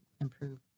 improve